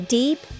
deep